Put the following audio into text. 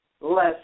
less